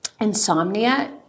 insomnia